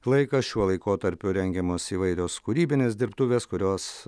laikas šiuo laikotarpiu rengiamos įvairios kūrybinės dirbtuvės kurios